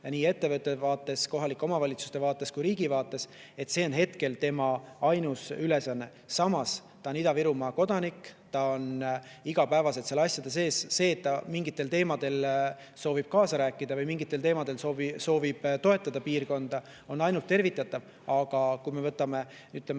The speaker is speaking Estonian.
nii ettevõtete vaates, kohalike omavalitsuste vaates kui ka riigi vaates. See on hetkel tema ainus ülesanne. Samas on ta Ida-Virumaa kodanik, ta on igapäevaselt asjade sees. See, et ta mingitel teemadel soovib kaasa rääkida või mingitel teemadel soovib piirkonda toetada, on ainult tervitatav. Aga kui me võtame